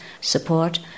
support